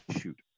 shoot